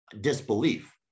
disbelief